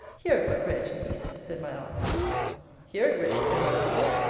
hear it but read, niece, said my aunt hear it read, said my uncle.